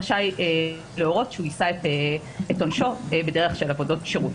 רשאי להורות שהוא יישא את עונשו בדרך של עבודות שירות,